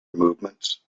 movements